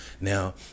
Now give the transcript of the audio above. Now